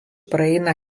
praeina